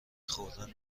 خوردن